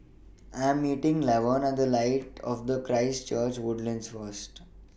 I Am meeting Laverne At The Light of Christ Church Woodlands First